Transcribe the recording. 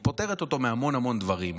היא פוטרת אותו מהמון המון דברים,